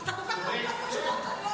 אתה כל כך מרוכז בתשובות.